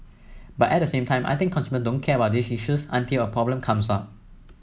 but at the same time I think consumers don't care about these issues until a problem comes up